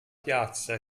piazza